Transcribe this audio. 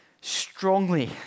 strongly